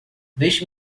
deixe